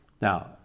Now